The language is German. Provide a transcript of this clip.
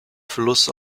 fluss